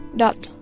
dot